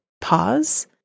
pause